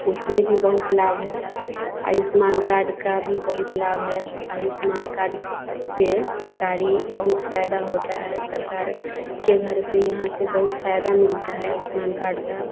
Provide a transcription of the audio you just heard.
उसमें भी बहुत लाभ है आयुष्मान कार्ड का भी बहुत लाभ है आयुष्मान कार्ड से सरकारी बहुत फायदा होता है सरकार के घर से यहाँ से बहुत फायदा मिलता है आयुष्मान कार्ड का